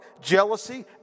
jealousy